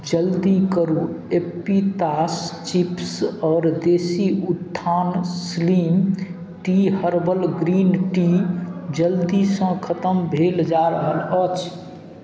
जल्दी करू एपितास चिप्स आओर देशी उत्थान slim tea herbal green tea जल्दीसँ खतम भेल जा रहल अछि